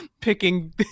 picking